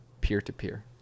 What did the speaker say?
peer-to-peer